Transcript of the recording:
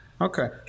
Okay